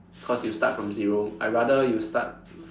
cause you start from zero I rather you start